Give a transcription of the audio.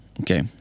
Okay